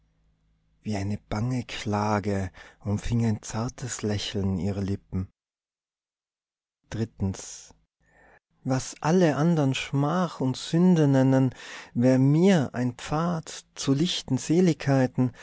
wie eine bange klage umfing ein zartes lächeln ihre lippen was alle andern schmach und sünde nennen wär mir ein pfad zu lichten seligkeiten